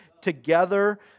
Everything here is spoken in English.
together